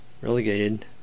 relegated